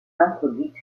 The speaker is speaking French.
introduite